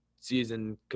season